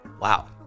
Wow